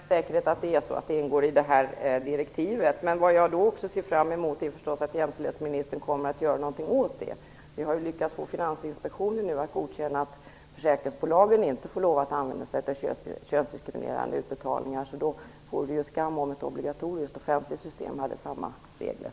Fru talman! Jag är till 99 % säker på att det ingår i direktivet. Men vad jag också ser fram emot är att jämställdhetsministern kommer att göra någonting åt själva problemet. Vi har lyckats få Finansinspektionen att godkänna att försäkringsbolagen inte får använda sig av könsdiskriminerande utbetalningar. Då vore det skam om ett obligatoriskt, offentligt system inte hade samma regler.